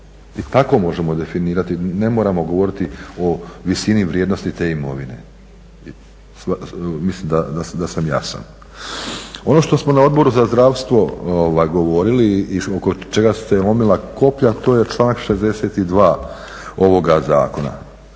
I tako možemo definirati, ne moramo govoriti o visini vrijednosti te imovine. Mislim da sam jasan. Ono što smo na Odboru za zdravstvo govorili i oko čega su se lomila koplja to je članak 62. ovoga zakona.